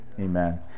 Amen